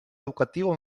educatiu